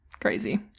crazy